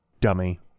Dummy